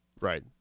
Right